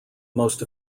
most